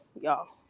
y'all